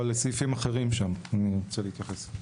אבל סעיפים אחרים שם אני רוצה להתייחס.